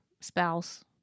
spouse